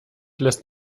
lässt